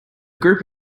group